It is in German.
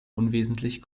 unwesentlich